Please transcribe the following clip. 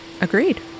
Agreed